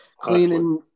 cleaning